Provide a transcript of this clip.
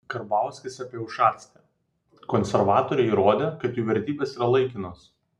karbauskis apie ušacką konservatoriai įrodė kad jų vertybės yra laikinos